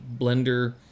Blender